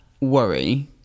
worry